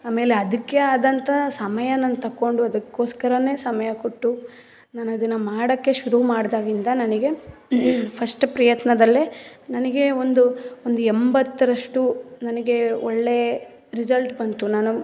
ಆಮೇಲೆ ಅದಕ್ಕೆ ಆದಂತ ಸಮಯನ ತಗೊಂಡು ಅದಕ್ಕೋಸ್ಕರವೇ ಸಮಯ ಕೊಟ್ಟು ನಾನು ಅದನ್ನು ಮಾಡೋಕ್ಕೆ ಶುರು ಮಾಡಿದಾಗಿಂದ ನನಗೆ ಫಸ್ಟ್ ಪ್ರಯತ್ನದಲ್ಲೇ ನನಗೆ ಒಂದು ಒಂದು ಎಂಬತ್ತರಷ್ಟು ನನಗೆ ಒಳ್ಳೆಯ ರಿಸಲ್ಟ್ ಬಂತು ನಾನು